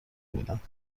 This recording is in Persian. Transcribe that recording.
بودند